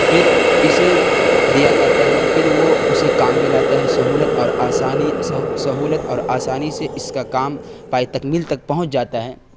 پھر اسے دیا جاتا ہے پھر وہ اسے کام میں لاتا ہے سہولت اور آسانی سہولت اور آسانی سے اس کا کام پائے تکمیل تک پہنچ جاتا ہے